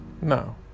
No